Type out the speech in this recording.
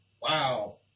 Wow